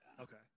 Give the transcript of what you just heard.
Okay